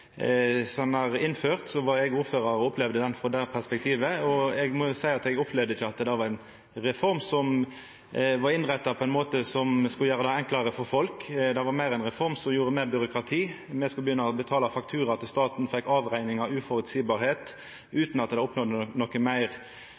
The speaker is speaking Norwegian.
reforma vart innført, var eg ordførar og opplevde ho frå det perspektivet, og eg må jo seia at eg opplevde ikkje at det var ei reform som var innretta på ein måte som skulle gjera det enklare for folk. Det var meir ei reform som gav meir byråkrati. Me skulle begynna å betala faktura til staten, me fekk